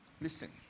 Listen